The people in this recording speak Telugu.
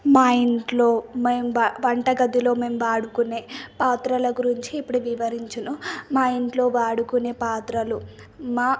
మా ఇంట్లో మేం వంటగదిలో మేం వాడుకునే పాత్రల గురించి ఇప్పుడు వివరించును మా ఇంట్లో వాడుకునే పాత్రలు మా